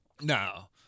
No